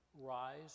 Rise